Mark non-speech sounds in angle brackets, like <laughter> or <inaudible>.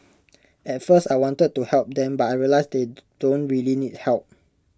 at first I wanted to help them but I realised they <unintelligible> don't really need help